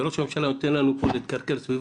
שראש הממשלה נותן לנו "להתכרכר" סביב